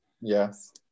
yes